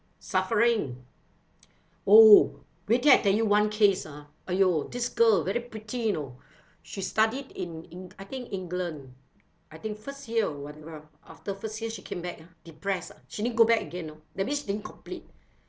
suffering oh we get that one case ah !aiyo! this girl very pretty you know she studied in in I think england I think first year or whatever after first year she came back ah depress ah she didn't go back again you know that means she didn't complete